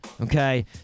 Okay